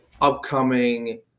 upcoming